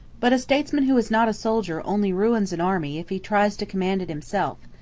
but a statesman who is not a soldier only ruins an army if he tries to command it himself.